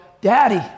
Daddy